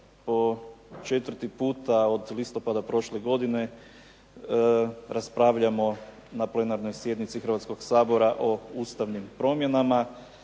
po četvrti puta od listopada prošle godine raspravljamo na plenarnoj sjednici Hrvatskoga sabora o ustavnim promjenama.